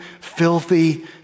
filthy